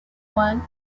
one